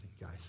guys